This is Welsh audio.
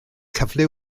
cyfle